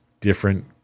different